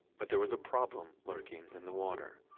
but there was a problem lurking in the water.